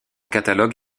catalogue